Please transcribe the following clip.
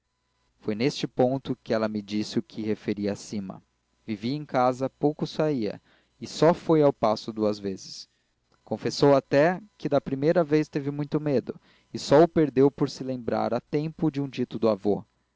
foi neste ponto que ela me disse o que acima referi vivia em casa pouco saía e só foi ao paço duas vezes confessou até que da primeira vez teve muito medo e só o perdeu por se lembrar a tempo de um dito do avô